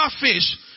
fish